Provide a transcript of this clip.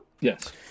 Yes